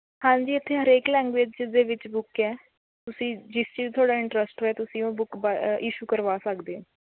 ਹਾਂਜੀ ਇੱਥੇ ਹਰੇਕ ਲੈਂਗੂਏਜ਼ ਦੇ ਵਿੱਚ ਬੁੱਕ ਹੈ ਤੁਸੀਂ ਜਿਸ 'ਚ ਤੁਹਾਡਾ ਇੰਨਟਰਸਟ ਹੋਇਆ ਤੁਸੀਂ ਉਹ ਬੁੱਕ ਬਾ ਇਸ਼ੂ ਕਰਵਾ ਸਕਦੇ ਹੋ